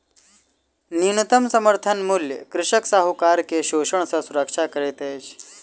न्यूनतम समर्थन मूल्य कृषक साहूकार के शोषण सॅ सुरक्षा करैत अछि